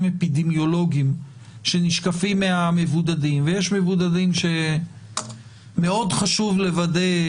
אפידמיולוגיים שנשקפים מהמבודדים ויש מבודדים שמאוד חשוב לוודא,